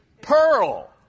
pearl